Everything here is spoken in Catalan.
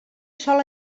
sol